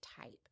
type